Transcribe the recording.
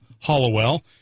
Hollowell